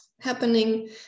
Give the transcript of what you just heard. happening